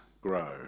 grow